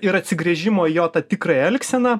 ir atsigręžimo į jo tą tikrąją elgseną